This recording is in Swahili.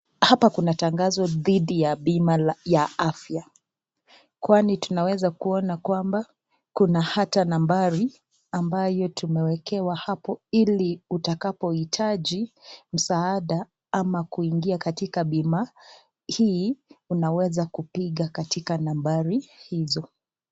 Hapa kuna tangazo dhidi ya bima la ya afya kwani tunaweza kuona kwamba kuna hata nambari ambayo tumewekewa hapo ili utakapoitaji msaada ama kuingia katika bima hii unaweza kupiga katika nambari hizo.